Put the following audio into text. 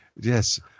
Yes